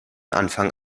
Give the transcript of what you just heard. anfang